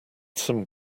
some